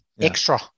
extra